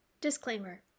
Disclaimer